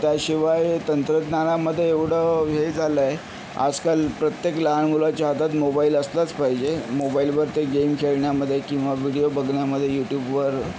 त्याशिवाय तंत्रज्ञानामध्ये एवढं हे झालंय आजकाल प्रत्येक लहान मुलाच्या हातात मोबाईल असलाच पाहिजे मोबाईलवर ते गेम खेळण्यामध्ये किंवा विडिओ बघण्यामध्ये युट्यूबवर